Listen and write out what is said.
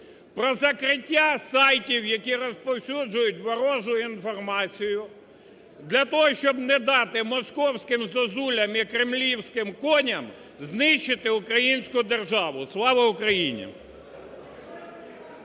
про закриття сайтів, які розповсюджують ворожу інформацію, для того щоб не дати "московським зозулям" і "кремлівським коням" знищити українську державу. Слава Україні!